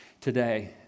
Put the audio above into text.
today